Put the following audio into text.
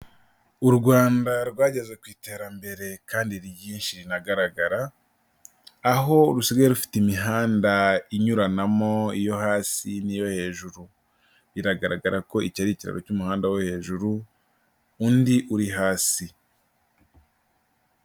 U Rwanda rwageze ku iterambere kandi ryinshi rinagaragara, aho rusigaye rufite imihanda inyuranamo iyo hasi n'iyo hejuru. Biragaragara ko iki ari ikiraro cy'umuhanda wo hejuru undi uri hasi.